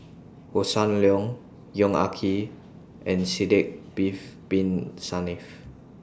Hossan Leong Yong Ah Kee and Sidek Bin Saniff